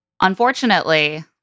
Unfortunately